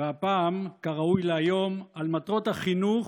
והפעם, כראוי להיום, על מטרות החינוך